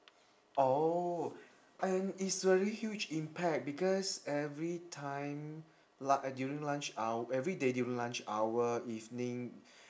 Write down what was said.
oh and it's very huge impact because everytime lu~ during lunch hou~ everyday during lunch hour evening